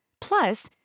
Plus